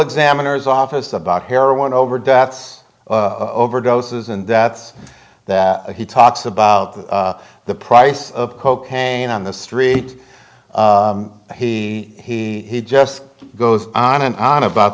examiner's office about heroin over deaths of overdoses and that's that he talks about the price of cocaine on the street he he he just goes on and on about